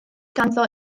ganddo